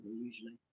usually